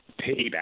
payback